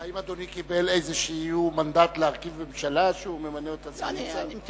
האם אדוני קיבל איזה מנדט להרכיב ממשלה שהוא ממנה אותה סגנית